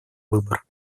выбор